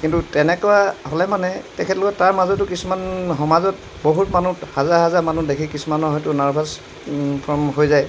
কিন্তু তেনেকুৱা হ'লে মানে তেখেতলোকে তাৰ মাজতো কিছুমান সমাজত বহুত মানুহ হাজাৰ হাজাৰ মানুহ দেখি কিছুমানৰ হয়তো নাৰ্ভাছ ফৰ্ম হৈ যায়